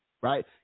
right